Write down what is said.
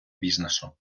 бізнесу